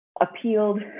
appealed